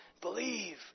believe